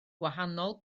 gwahanol